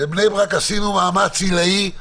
שבבני ברק עשינו מאמץ עילאי,